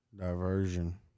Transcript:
diversion